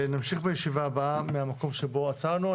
נמשיך בישיבה הבאה מהמקום שבו עצרנו.